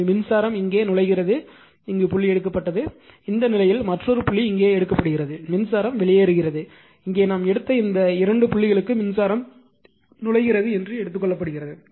எனவே மின்சாரம் இங்கே நுழைகிறது புள்ளி எடுக்கப்பட்டது இந்த நிலையில் மற்றொரு புள்ளி இங்கே எடுக்கப்படுகிறது மின்சாரம் வெளியேறுகிறது இங்கே நாம் எடுத்த இந்த 2 புள்ளிகளுக்கு மின்சாரம் நுழைகிறது என்று எடுத்துக் கொள்ளப்படுகிறது